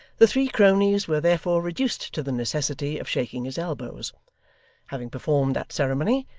the three cronies were therefore reduced to the necessity of shaking his elbows having performed that ceremony,